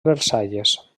versalles